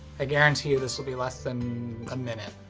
ah guarantee you this will be less than a minute.